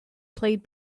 played